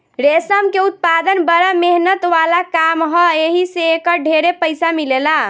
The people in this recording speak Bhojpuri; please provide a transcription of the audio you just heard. रेशम के उत्पदान बड़ा मेहनत वाला काम ह एही से एकर ढेरे पईसा मिलेला